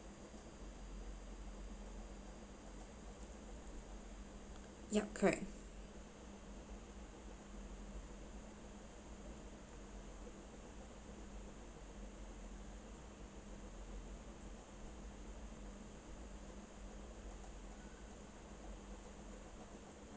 yup correct